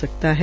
सकता है